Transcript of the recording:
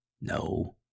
No